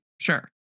Sure